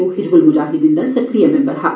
ओ हिजबुल मुजाहिद्दीन दा सक्रिय मिंबर हा